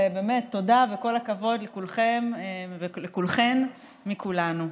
ובאמת תודה וכל הכבוד לכולכם ולכולכן מכולנו.